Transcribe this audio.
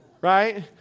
right